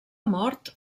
mort